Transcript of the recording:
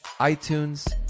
iTunes